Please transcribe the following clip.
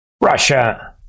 Russia